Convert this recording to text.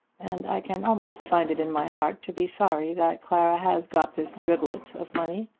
and i can almost find it in my heart to be sorry that clara has got this driblet of money.